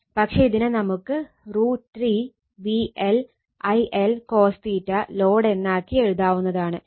പക്ഷെ ഇതിനെ നമുക്ക് √ 3 VL IL cos ലോഡ് എന്നാക്കി എഴുതാവുന്നതാണ്